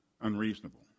unreasonable